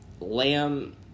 Lamb